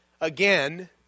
again